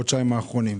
מהחודשיים האחרונים.